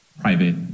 private